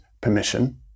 permission